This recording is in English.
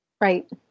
Right